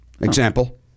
Example